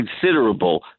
considerable